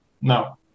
no